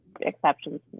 exceptions